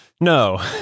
No